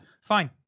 Fine